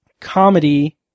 comedy